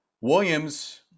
Williams